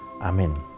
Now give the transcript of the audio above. Amen